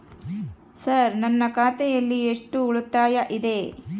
Sir ನನ್ನ ಖಾತೆಯಲ್ಲಿ ಎಷ್ಟು ಉಳಿತಾಯ ಇದೆ?